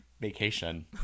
vacation